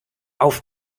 auf